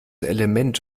element